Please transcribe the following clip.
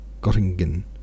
Gottingen